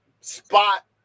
spot